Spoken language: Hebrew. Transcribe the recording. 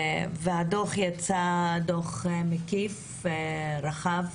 דוח ברלינר הוא דוח מקיף ורחב.